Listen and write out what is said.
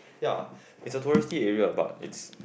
ya is a touristy area but its